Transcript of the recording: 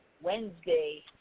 Wednesday